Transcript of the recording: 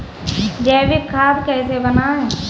जैविक खाद कैसे बनाएँ?